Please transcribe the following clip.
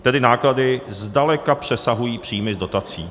Tedy náklady zdaleka přesahují příjmy z dotací.